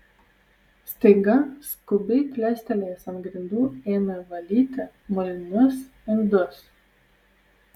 staiga skubiai klestelėjęs ant grindų ėmė valyti molinius indus